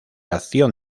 acción